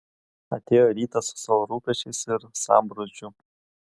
atėjo rytas su savo rūpesčiais ir sambrūzdžiu